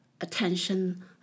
attention